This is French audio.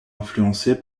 influencé